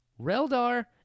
Reldar